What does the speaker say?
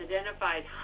identified